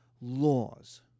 laws